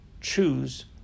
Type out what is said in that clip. choose